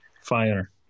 fire